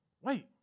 Wait